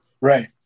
Right